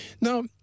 Now